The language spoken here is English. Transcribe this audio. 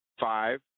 five